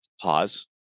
pause